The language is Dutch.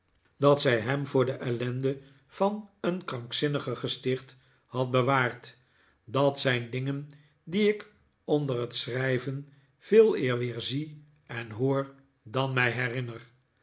dat zij hem voor de ellende van een krankzinnigengesticht had bewaard dat zijn dingen die ik onder het schrijven veeleer weer zie en hoor dan mij herinner